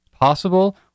possible